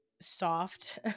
soft